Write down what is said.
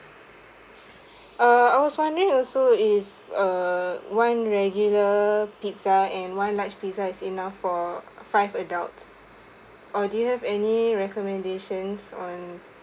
uh I was wondering also if err one regular pizza and one large pizza is enough for five adult or do you have any recommendations on